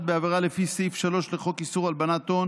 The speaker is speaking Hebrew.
בעברה לפי סעיף 3 לחוק איסור הלבנת הון